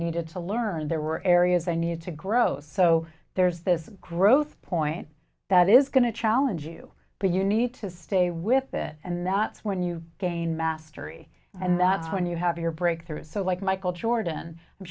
needed to learn there were areas i need to grow so there's this growth point that is going to challenge you but you need to stay with it and that's when you gain mastery and that's when you have your breakthrough so like michael jordan i'm